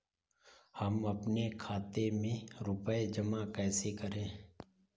हम अपने खाते में रुपए जमा कैसे करें?